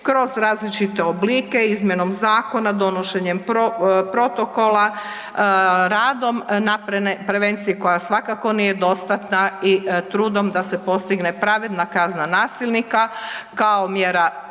kroz različite oblike, izmjenom zakona, donošenjem protokola, radom na prevenciji koja svakako nije dostatna i trudom da se postigne pravedna kazna nasilnika kao mjera kazne,